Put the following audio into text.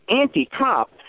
anti-cop